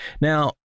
Now